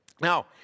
Now